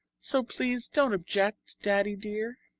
so please don't object, daddy dear.